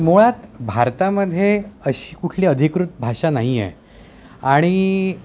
मुळात भारतामध्ये अशी कुठली अधिकृत भाषा नाही आहे आणि